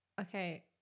Okay